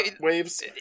waves